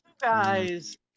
guys